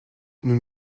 nous